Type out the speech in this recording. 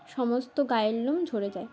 সমস্ত গায়ের লোম ঝরে যায়